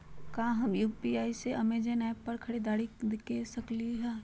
का हम यू.पी.आई से अमेजन ऐप पर खरीदारी के सकली हई?